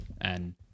And-